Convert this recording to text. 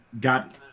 got